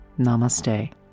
namaste